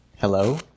Hello